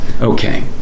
Okay